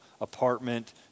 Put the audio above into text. apartment